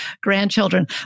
grandchildren